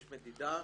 יש מדידה.